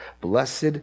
Blessed